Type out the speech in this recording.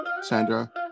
Sandra